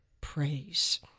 praise